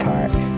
Park